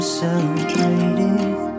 celebrated